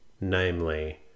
namely